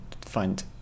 find